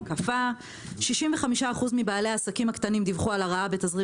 קפא"; "65% מבעלי העסקים הקטנים דיווחו על הרעה בתזרים